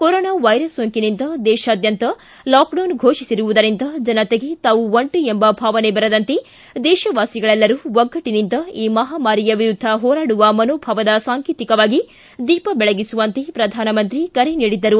corona virus ಸೋಂಕಿನಿಂದ ದೇಶಾದ್ಯಂತ lockdown ಘೋಷಿಸಿರುವುದರಿಂದ ಜನರಿಗೆ ತಾವು ಒಂಟಿ ಎಂಬ ಭಾವನೆ ಬರದಂತೆ ದೇಶವಾಸಿಗಳೆಲ್ಲರೂ ಒಗ್ಗಟ್ಟನಿಂದ ಈ ಮಹಾಮಾರಿಯ ವಿರುದ್ದ ಹೋರಾಡುವ ಮನೋಭಾವದ ಸಾಂಕೇತಿಕವಾಗಿ ದೀಪ ಬೆಳಗಿಸುವಂತೆ ಪ್ರಧಾನಮಂತ್ರಿ ಕರೆ ನೀಡಿದ್ದರು